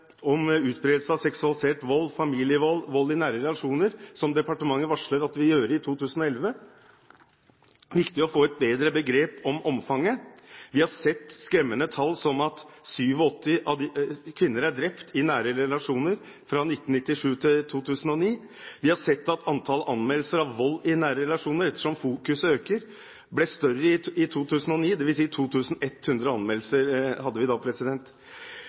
om utbredelse av seksualisert vold, familievold og vold i nære relasjoner som departementet varsler at det vil gjøre i 2011. Det er viktig å få et bedre begrep om omfanget. Vi har sett skremmende tall, som at 87 kvinner er drept i nære relasjoner fra 1997 til 2009. Vi har sett at antall anmeldelser av vold i nære relasjoner, ettersom fokuset øker, ble større i 2009, dvs. at vi da hadde 2 100 anmeldelser.